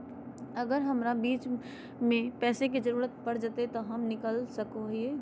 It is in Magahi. अगर हमरा बीच में पैसे का जरूरत पड़ जयते तो हम निकल सको हीये